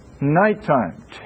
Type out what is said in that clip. nighttime